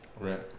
Right